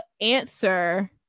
answer